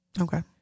okay